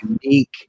unique